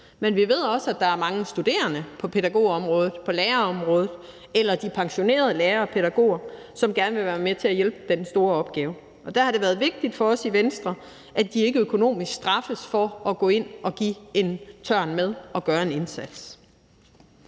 Men vi ved også, at der er mange studerende på pædagogområdet og på lærerområdet eller pensionerede lærere og pædagoger, som gerne vil være med til at hjælpe med den store opgave, og der har det været vigtigt for os i Venstre, at de ikke økonomisk straffes for at gå ind at tage en tørn med at gøre en indsats.